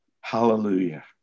Hallelujah